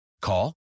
Call